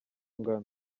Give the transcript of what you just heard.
ngano